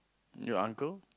your uncle